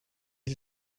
die